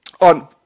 on